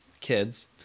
kids